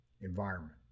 environment